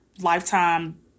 lifetime